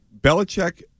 Belichick